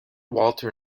walter